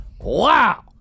Wow